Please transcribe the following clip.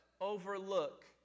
Overlook